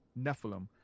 Nephilim